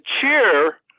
cheer